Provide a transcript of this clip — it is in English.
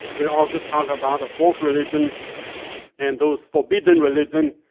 we also talk about folk religion and those forbidden religion,